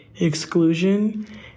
exclusion